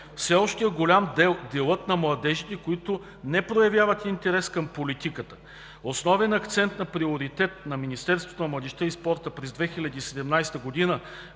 Все още е голям делът на младежите, които не проявяват интерес към политиката. Основен акцент и приоритет на Министерството на